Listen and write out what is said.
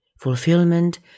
fulfillment